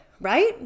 right